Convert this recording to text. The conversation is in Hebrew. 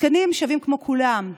הזקנים שווים כמו כולם,